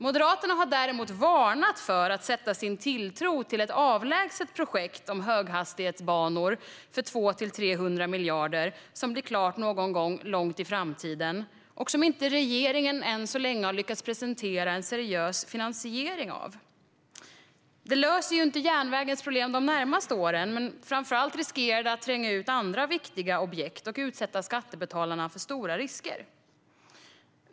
Moderaterna har dock varnat för att sätta sin tilltro till ett avlägset projekt om höghastighetsbanor för 200-300 miljarder som blir klart någon gång långt in i framtiden och som regeringen än så länge inte ens har lyckats presentera en seriös finansiering av. Det löser inte järnvägens problem de närmaste åren, men framför allt riskerar det att tränga ut andra viktiga objekt och utsätta skattebetalarna för stora risker.